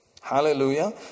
hallelujah